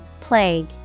Plague